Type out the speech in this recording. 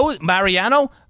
Mariano